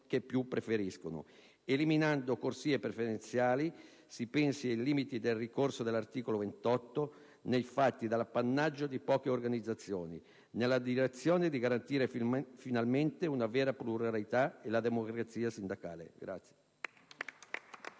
che più preferiscono, eliminando corsie preferenziali (si pensi ai limiti del ricorso all'articolo 28, nei fatti appannaggio di poche organizzazioni), nella direzione di garantire finalmente una vera pluralità e la democrazia sindacale.